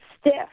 stiff